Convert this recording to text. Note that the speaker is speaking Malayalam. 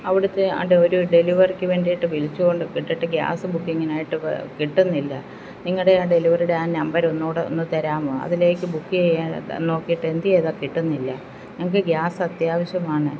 അവിടുത്തെ ആണ്ടേ ഒരു ഡെലിവറിക്കു വേണ്ടിയിട്ട് വിളിച്ചു കൊണ്ടിട്ടിട്ട് ഗ്യാസ് ബൂക്കിങ്ങിനായിട്ട് കിട്ടുന്നില്ല നിങ്ങളുടെ ആ ഡെലിവറിയുടെ ആ നമ്പറൊന്നു കൂടെ ഒന്നു തരാമൊ അതിലേക്ക് ബുക്ക് ചെയ്യാൻ നോക്കിയിട്ട് എന്തെയ്തത് കിട്ടുന്നില്ല ഞങ്ങൾക്ക് ഗ്യാസ് അത്യാവശ്യമാണ്